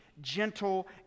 gentle